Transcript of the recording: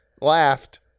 laughed